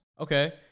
Okay